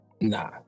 Nah